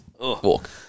walk